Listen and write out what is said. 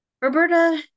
Roberta